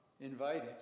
invited